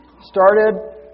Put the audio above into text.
started